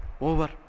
Over